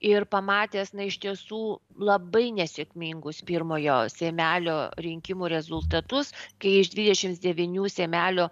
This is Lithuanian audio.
ir pamatęs na iš tiesų labai nesėkmingus pirmojo seimelio rinkimų rezultatus kai iš dvidešimts devynių seimelio